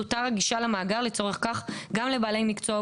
תותר הגישה למאגר לצורך כך גם לבעלי מקצוע,